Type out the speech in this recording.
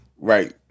Right